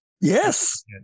Yes